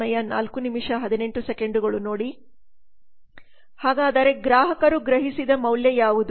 ಹಾಗಾದರೆ ಗ್ರಾಹಕರು ಗ್ರಹಿಸಿದ ಮೌಲ್ಯ ಯಾವುದು